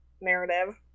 narrative